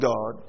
God